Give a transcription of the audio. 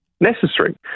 necessary